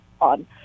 on